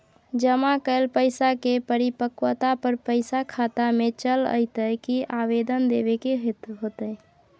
जमा कैल पैसा के परिपक्वता पर पैसा खाता में चल अयतै की आवेदन देबे के होतै?